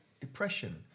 depression